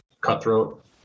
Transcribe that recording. cutthroat